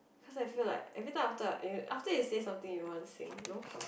cause I feel like every time after you know after you say something you would want to sing no